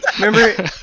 Remember